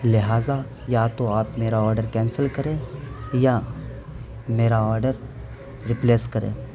لہٰذا یا تو آپ میرا آڈر کینسل کریں یا میرا آڈر ریپلیس کریں